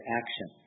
action